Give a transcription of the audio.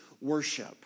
worship